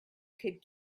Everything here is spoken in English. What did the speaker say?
could